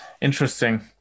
Interesting